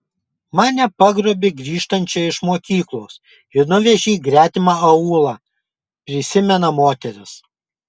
mane pagrobė grįžtančią iš mokyklos ir nuvežė į gretimą aūlą prisimena moteris